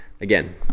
again